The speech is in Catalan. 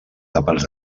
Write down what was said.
tapes